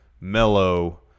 mellow